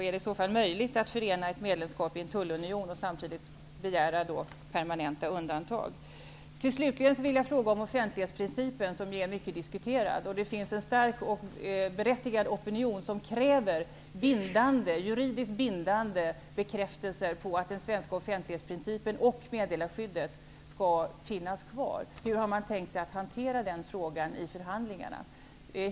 Är det i så fall möjligt att förena ett medlemskap i en tullunion med begäran om permanenta undantag? Slutligen vill jag ställa en fråga om offentlighetsprincipen, som ju är mycket diskuterad. Det finns en stark och berättigad opinion som kräver juridiskt bindande bekräftelser på att den svenska offentlighetsprincipen och meddelarskyddet skall finnas kvar. Hur har man tänkt sig att hantera den frågan i förhandlingarna?